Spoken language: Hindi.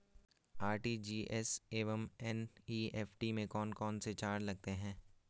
आर.टी.जी.एस एवं एन.ई.एफ.टी में कौन कौनसे चार्ज लगते हैं?